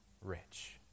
rich